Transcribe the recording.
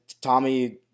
Tommy